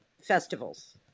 festivals